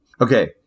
Okay